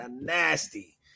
nasty